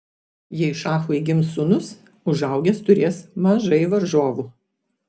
jei šachui gims sūnus užaugęs turės mažai varžovų